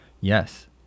Yes